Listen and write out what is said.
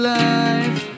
life